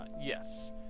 Yes